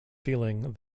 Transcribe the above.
feeling